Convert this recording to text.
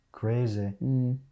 Crazy